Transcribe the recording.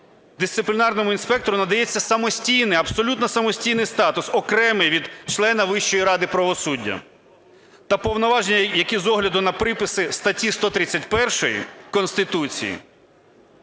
дисциплінарному інспектору надається самостійний, абсолютно самостійний статус, окремий від члена Вищої ради правосуддя, та повноваження, які з огляду на приписи статті 131 Конституції